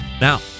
Now